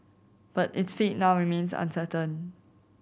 but its fate now remains uncertain